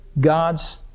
God's